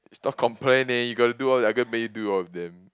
stop complaining you gotta do all diagram then do of them